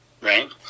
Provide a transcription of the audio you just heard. right